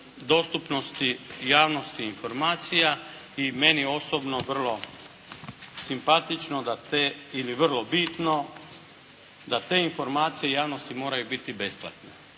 dostupnosti i javnosti informacija i meni osobno vrlo simpatično ili vrlo bitno da te informacije javnosti moraju biti besplatne